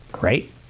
Right